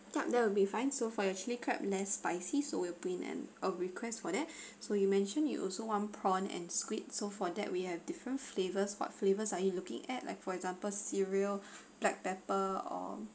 yeah that would be fine so for your chilli crab less spicy soya bean and I'll request for that so you mentioned you also want prawn and squid so for that we have different flavours what flavours are you looking at like for example cereal black pepper or